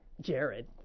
Jared